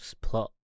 plot